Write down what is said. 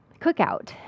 cookout